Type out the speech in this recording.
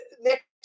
next